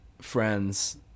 friends